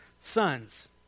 sons